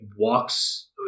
walks